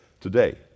today